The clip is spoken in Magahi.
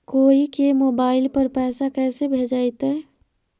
कोई के मोबाईल पर पैसा कैसे भेजइतै?